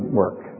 work